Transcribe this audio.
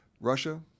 Russia